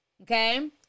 okay